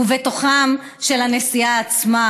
ובתוכם של הנשיאה עצמה,